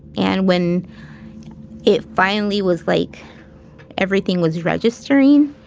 and when it finally was like everything was registering,